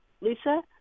Lisa